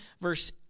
verse